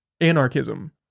Anarchism